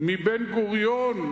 מבן-גוריון?